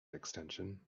extension